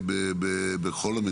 למשל,